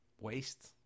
waste